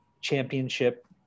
championship